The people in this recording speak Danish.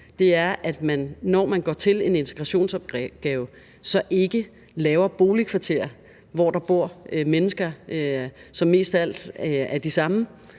at man, når man går til en integrationsopgave, så ikke laver boligkvarterer, hvor der bor mennesker, som mest af alt er de samme,